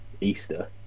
Easter